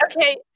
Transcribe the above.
Okay